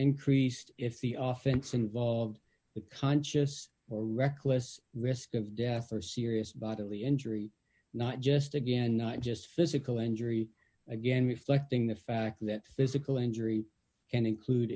involved the conscious or reckless risk of death or serious bodily injury not just again not just physical injury again reflecting the fact that physical injury and include